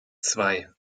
zwei